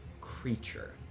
creature